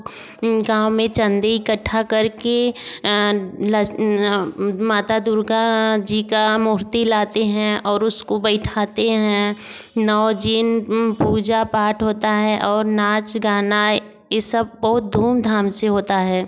गाँव में चंदे इकट्ठा करके लछ माता दुर्गा जी का मूर्ति लाते हैं और उसको बैठाते हैं नौ दिन पूजा पाठ होता है और नाच गाना यह सब बहुत धूम धाम से होता है